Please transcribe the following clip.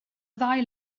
ddau